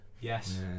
Yes